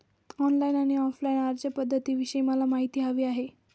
online आणि offline अर्जपध्दतींविषयी मला माहिती हवी आहे